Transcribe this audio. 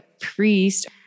priest